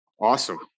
Awesome